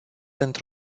într